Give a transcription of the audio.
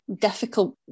difficult